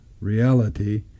reality